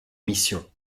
mission